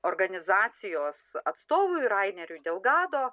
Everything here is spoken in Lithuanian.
organizacijos atstovui raineriui delgado